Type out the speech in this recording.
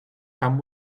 come